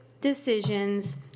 decisions